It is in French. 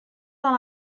dans